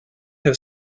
have